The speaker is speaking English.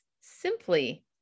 simply